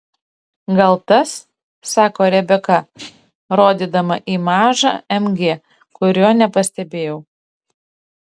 gal tas sako rebeka rodydama į mažą mg kurio nepastebėjau